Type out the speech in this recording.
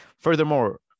Furthermore